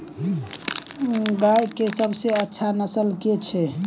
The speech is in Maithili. गाय केँ सबसँ अच्छा नस्ल केँ छैय?